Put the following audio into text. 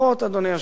אדוני היושב-ראש.